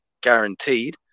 guaranteed